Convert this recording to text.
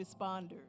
responders